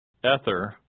Ether